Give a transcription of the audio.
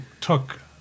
took